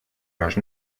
los